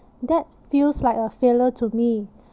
that feels like a failure to me